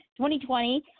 2020